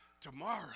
tomorrow